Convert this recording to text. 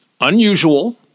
unusual